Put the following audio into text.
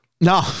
No